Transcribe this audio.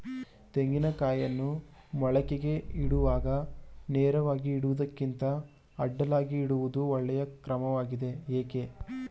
ತೆಂಗಿನ ಕಾಯಿಯನ್ನು ಮೊಳಕೆಗೆ ಇಡುವಾಗ ನೇರವಾಗಿ ಇಡುವುದಕ್ಕಿಂತ ಅಡ್ಡಲಾಗಿ ಇಡುವುದು ಒಳ್ಳೆಯ ಕ್ರಮವಾಗಿದೆ ಏಕೆ?